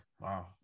Wow